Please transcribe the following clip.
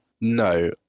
No